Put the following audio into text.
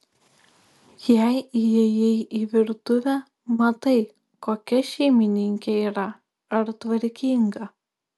jei įėjai į virtuvę matai kokia šeimininkė yra ar tvarkinga